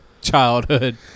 childhood